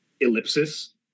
ellipsis